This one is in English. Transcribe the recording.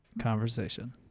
conversation